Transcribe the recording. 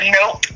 Nope